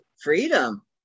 freedom